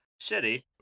shitty